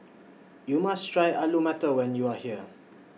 YOU must Try Alu Matar when YOU Are here